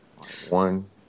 One